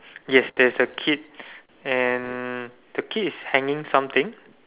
yes there's a kid and the kid is hanging something